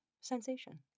sensation